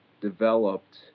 developed